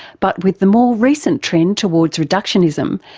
but with the more recent trend towards reductionism,